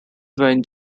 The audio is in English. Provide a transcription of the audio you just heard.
wine